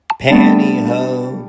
pantyhose